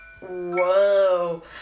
Whoa